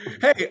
hey